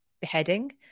beheading